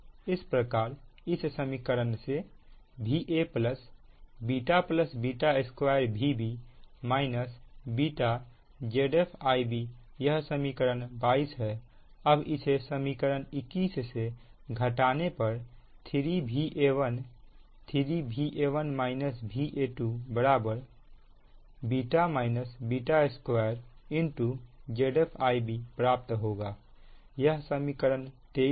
इसी प्रकार इस समीकरण से Va β β2 Vb βZf Ib यह समीकरण 22 है अब इसे समीकरण 21 से घटाने पर 3Va1 3 β β2 Zf Ib प्राप्त होगा यह समीकरण 23 है